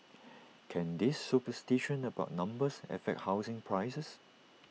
can this superstition about numbers affect housing prices